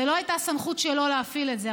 זה לא הייתה סמכות שלו להפעיל את זה,